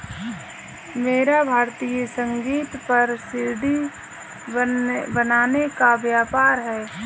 मेरा भारतीय संगीत पर सी.डी बनाने का व्यापार है